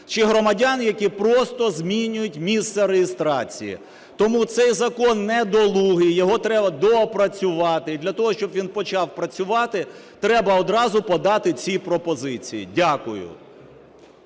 чи громадян, які просто змінюють місце реєстрації. Тому цей закон недолугий, його треба доопрацювати, для того, щоб він почав працювати треба одразу подати ці пропозиції. Дякую.